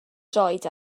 droed